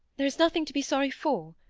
there is nothing to be sorry for.